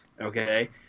Okay